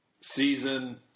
season